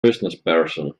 businessperson